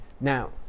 Now